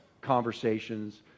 Conversations